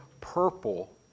purple